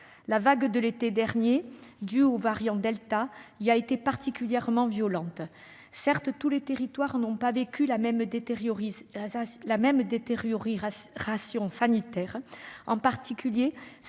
La vague de l'été dernier, due au variant delta, y a été particulièrement violente. Certes, tous les territoires n'ont pas vécu la même détérioration sanitaire. Ceux qui